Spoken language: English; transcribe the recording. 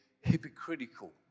hypocritical